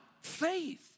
faith